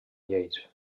lleis